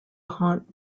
haunt